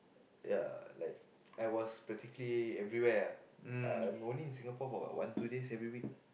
ya like I was practically everywhere lah I'm only in Singapore for like one two days every week